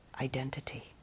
identity